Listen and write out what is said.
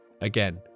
again